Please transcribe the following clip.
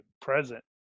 present